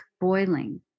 boiling